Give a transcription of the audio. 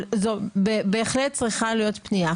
אבל זו בהחלט צריכה להיות פניה.